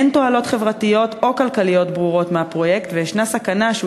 אין תועלות חברתיות או כלכליות ברורות מהפרויקט וישנה סכנה שהוא